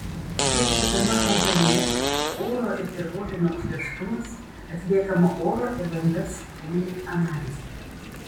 čia stebima augalija oro ir dirvožemio užterštumas atliekama oro ir vandens cheminė analizė